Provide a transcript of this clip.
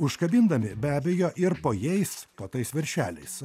užkabindami be abejo ir po jais po tais viršeliais